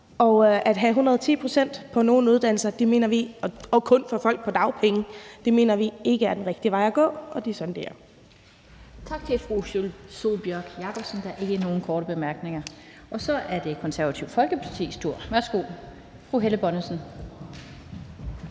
at give 110 pct. dagpenge på nogle uddannelser og kun til folk på dagpenge mener vi ikke er den rigtige vej at gå. Det er sådan det er.